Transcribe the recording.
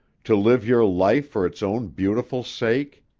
to live your life for its own beautiful sake?